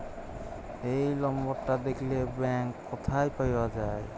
এই লম্বরটা দ্যাখলে ব্যাংক ক্যথায় পাউয়া যায়